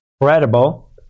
incredible